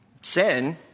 sin